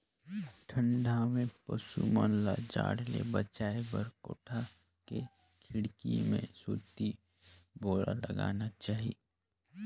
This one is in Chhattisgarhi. ठंडा में पसु मन ल जाड़ ले बचाये बर कोठा के खिड़की में सूती बोरा लगाना चाही